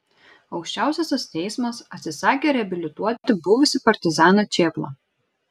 aukščiausiasis teismas atsisakė reabilituoti buvusį partizaną čėplą